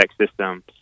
system